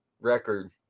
record